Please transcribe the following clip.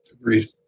agreed